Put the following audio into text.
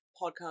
podcast